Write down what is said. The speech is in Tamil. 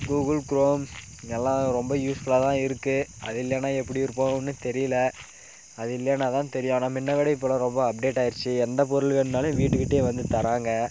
கூகுள் குரோம் இதல்லாம் ரொம்ப யூஸ்ஃபுல்லாகதான் இருக்கு அது இல்லைனா எப்படி இருப்போம்னு தெரியலை அது இல்லைனா தான் தெரியும் ஆனால் முன்ன விட இப்போதெல்லாம் அப்டேட் ஆகிடிச்சி எந்த பொருள் வேணும்னாலும் வீட்டுக்கிட்டேயே வந்து தராங்க